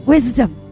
Wisdom